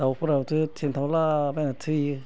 दाउफ्राबोथ' थेन्थावला बायना थैयो